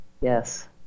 Yes